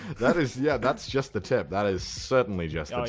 that is, yeah, that's just the tip that is certainly just ah the